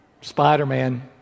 Spider-Man